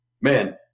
man